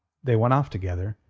they went off together,